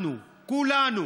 אנחנו, כולנו,